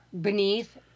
beneath